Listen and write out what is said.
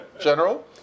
General